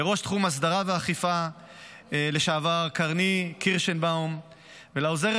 לראש תחום הסדרה ואכיפה לשעבר קרני קירשנבאום ולעוזרת